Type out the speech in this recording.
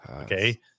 okay